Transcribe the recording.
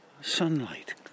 Sunlight